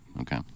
Okay